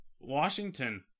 Washington